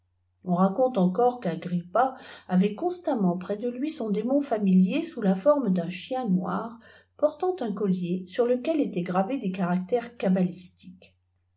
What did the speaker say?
on raconte encore qu'agrippa avait constamment près de lui son démon familier cous la forme d'un chien noir portant un collier sur lequel étaient gravés des caractères cabalistiques